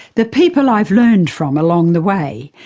the people i've learned from along the way,